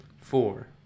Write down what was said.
four